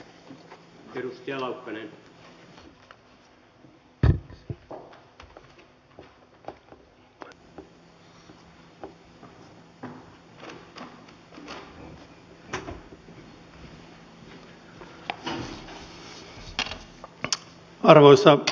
arvoisa herra puhemies